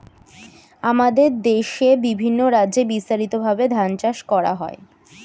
আমাদের দেশে বিভিন্ন রাজ্যে বিস্তারিতভাবে ধান চাষ করা হয়